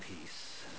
peace